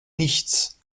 nichts